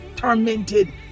tormented